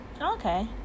Okay